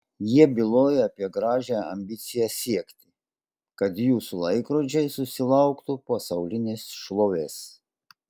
jie byloja apie gražią ambiciją siekti kad jūsų laikrodžiai susilauktų pasaulinės šlovės